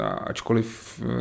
ačkoliv